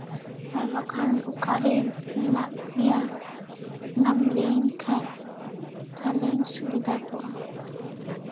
ᱟᱨ ᱵᱟᱠᱷᱟᱱ ᱚᱠᱟᱨᱮ ᱢᱮᱱᱟᱜ ᱢᱮᱭᱟ ᱚᱱᱟᱢ ᱞᱟᱹᱭᱟᱹᱧ ᱠᱷᱟᱡ ᱛᱟᱦᱞᱮᱧ ᱥᱩᱵᱤᱫᱷᱟ ᱠᱚᱜᱼᱟ